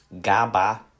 GABA